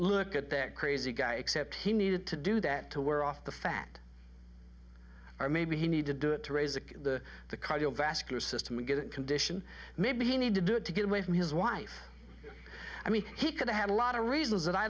look at that crazy guy except he needed to do that to wear off the fat or maybe he need to do it to raise it to the cardiovascular system and get in condition maybe he need to do it to get away from his wife i mean he could have a lot of reasons that i